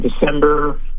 December